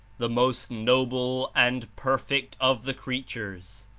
the most noble and perfect of the creatures,